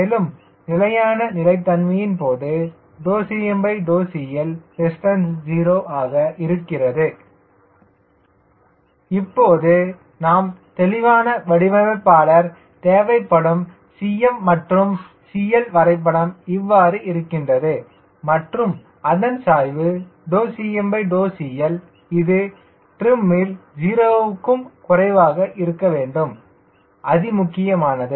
மேலும் நிலையான ஸ்திரத்தன்மையின் போது CmCL0 ஆக இருக்கிறது இப்போது நாம் தெளிவான வடிவமைப்பாளர் தேவைப்படும் Cm மற்றும் CL வரைபடம் இவ்வாறு இருக்கின்றது மற்றும் அதன் சாய்வு CmCL இது டிரிமில் 0 க்கும் குறைவாக இருக்க வேண்டும் அதிமுக்கியமானது